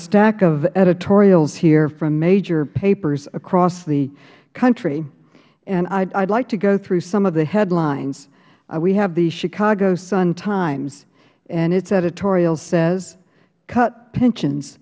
stack of editorials here from major papers across the country and i would like to go through some of the headlines we have the chicago sun times and its editorial says cut pensions